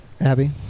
Abby